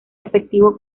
efectivo